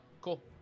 cool